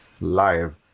live